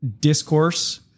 discourse